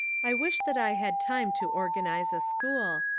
i wish that i had time to organise a school,